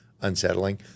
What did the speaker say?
unsettling